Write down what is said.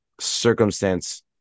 circumstance